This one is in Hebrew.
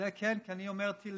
זה כן, כי אני אומר תהילים.